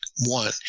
one